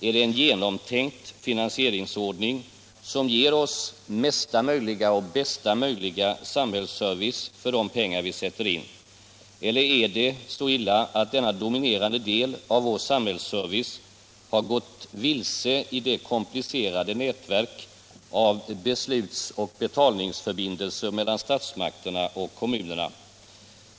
Är det en genomtänkt finansieringsordning som ger oss den mesta och bästa möjliga samhällsservice för de pengar vi sätter in? Eller är det så illa att denna dominerande del av vår samhällsservice har gått vilse i det komplicerade nätverket av beslutsoch betalningsförbindelser mellan statsmakterna och kommunerna?